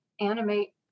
animate